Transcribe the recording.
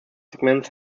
segments